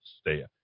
stay